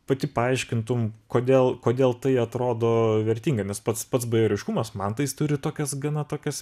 pati paaiškintum kodėl kodėl tai atrodo vertinga nes pats pats bajoriškumas man tai jis turi tokias gana tokias